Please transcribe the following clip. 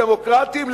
דמוקרטיים,